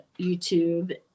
YouTube